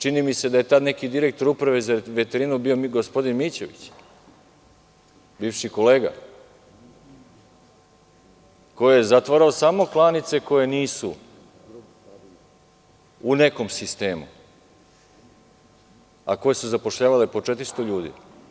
Čini mi se da je tada neki direktor Uprave za veterinu bio gospodin Mićević, bivši kolega, koji je zatvarao samo klanice koje nisu u nekom sistemu, a koje su zapošljavale po 400 ljudi.